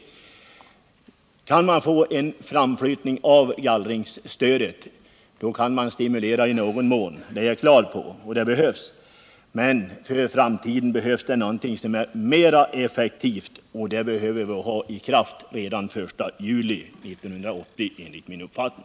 Går det att få en framflyttning av gallringsstödet, så kan man stimulera i någon mån — det är jag klar över — och det behövs. Men för framtiden erfordras det någonting som är mera effektivt, och det behöver vara i kraft redan den 1 juli 1980.